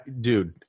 dude